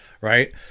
right